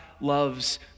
loves